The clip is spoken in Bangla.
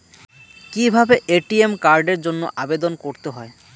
কিভাবে এ.টি.এম কার্ডের জন্য আবেদন করতে হয়?